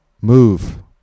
Move